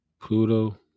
Pluto